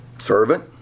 Servant